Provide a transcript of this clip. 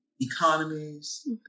economies